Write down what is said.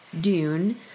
Dune